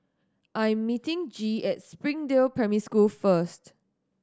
I'm meeting Gee at Springdale Primary School first